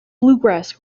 bluegrass